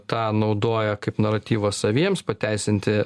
tą naudoja kaip naratyvą saviems pateisinti